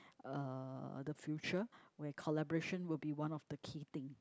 uh the future where collaboration will be one of the key thing